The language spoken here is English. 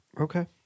Okay